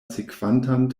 sekvantan